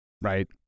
Right